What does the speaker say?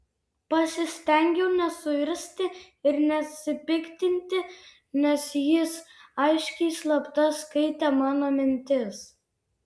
pasistengiau nesuirzti ir nesipiktinti nes jis aiškiai slapta skaitė mano mintis